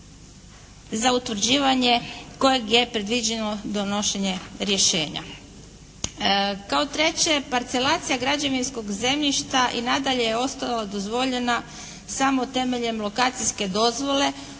za utvrđivanje kojeg je predviđeno donošenje rješenja. Kao treće, parcelacija građevinskog zemljišta i nadalje je ostala dozvoljena samo temeljem lokacijske dozvole